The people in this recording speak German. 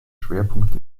schwerpunkt